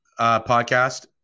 podcast